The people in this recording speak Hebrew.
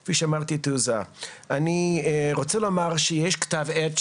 אני רוצה לומר שיש כתב עת,